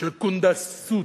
של קונדסות,